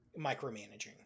micromanaging